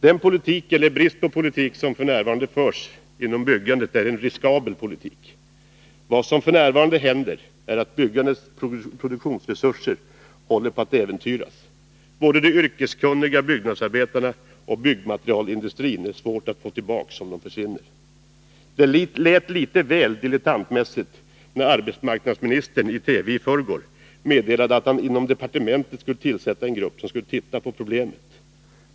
Den politik som f. n. förs inom byggsektorn — eller snarare den brist på politik som råder — är riskabel. Vad som händer är att byggandets produktionsresurser håller på att äventyras. Både de yrkeskunniga byggnadsarbetarna och byggmaterialindustrin är svåra att få tillbaka om de försvinner. Det lät litet väl dilettantmässigt när arbetsmarknadsministern i TV i förrgår meddelade att han inom departementet skulle tillsätta en arbetsgrupp som skulle titta på problemen.